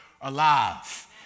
alive